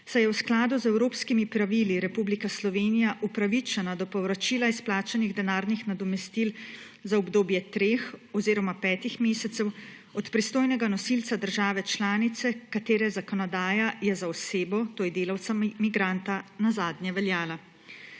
saj je v skladu z evropskimi pravili Republika Slovenija upravičena do povračila izplačanih denarnih nadomestil za obdobje treh oziroma petih mesecev od pristojnega nosilca države članice, katere zakonodaja je za osebo, to je delavca migranta, nazadnje veljala.